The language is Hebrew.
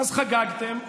אז חגגתם,